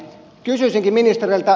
kysyisinkin ministeriltä